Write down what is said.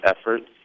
efforts